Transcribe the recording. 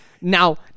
Now